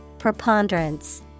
Preponderance